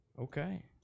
Okay